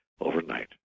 overnight